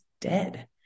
dead